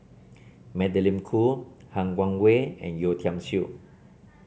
Magdalene Khoo Han Guangwei and Yeo Tiam Siew